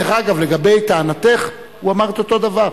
דרך אגב, לגבי טענתך, הוא אמר את אותו דבר.